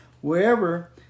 wherever